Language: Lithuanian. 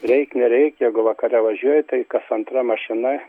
reik nereik jeigu vakare važiuoji tai kas antra mašina